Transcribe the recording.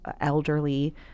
elderly